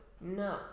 No